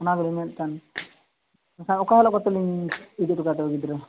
ᱚᱱᱟᱜᱮᱞᱤᱧ ᱢᱮᱱᱮᱫ ᱛᱟᱦᱮᱱ ᱮᱱᱠᱷᱟᱱ ᱚᱠᱟ ᱦᱤᱞᱳᱜ ᱠᱚᱛᱮᱞᱤᱧ ᱤᱫᱤᱴᱚ ᱠᱟᱭᱟ ᱜᱤᱫᱽᱨᱟᱹ